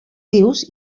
rius